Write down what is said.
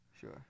Sure